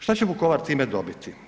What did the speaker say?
Šta će Vukovar time dobiti?